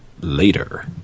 later